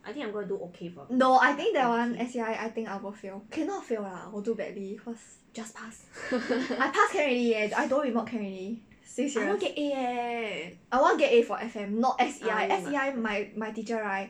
no I think that one S_C_I I think I will both fail cannot fail lah will do badly cause I pass can already leh I don't remod can already say serious I want to get A for F_M not S_C_I S_C_I my my teacher right